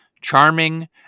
charming